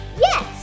Yes